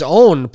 own